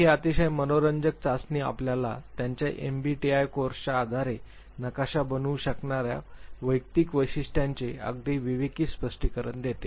तर ही अतिशय मनोरंजक चाचणी आपल्याला त्यांच्या एमबीटीआय कोर्सच्या आधारे नकाशावर बनवू शकणार्या वैयक्तिक वैशिष्ट्यांचे अगदी विवेकी स्पष्टीकरण देते